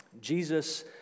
Jesus